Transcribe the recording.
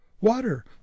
Water